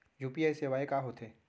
UPI सेवाएं का होथे